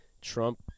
Trump